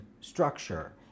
structure